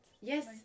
Yes